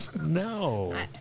No